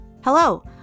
Hello